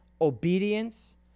obedience